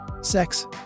Sex